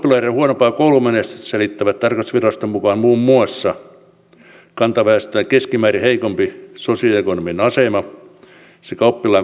maahanmuuttajaoppilaiden huonompaa koulumenestystä selittävät tarkastusviraston mukaan muun muassa kantaväestöä keskimäärin heikompi sosioekonominen asema sekä oppilaan kotona puhuma kieli